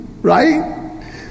right